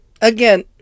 Again